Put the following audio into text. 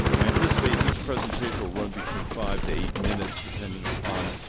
i anticipate each presentation run between five to eight minutes depending upon